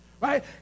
right